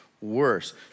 worse